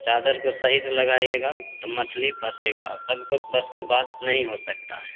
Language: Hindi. चादर को सही से लगाइएगा तो मछली फसेगा और सब के बस का बात नहीं हो सकता है